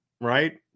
right